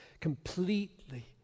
completely